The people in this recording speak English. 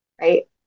Right